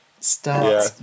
start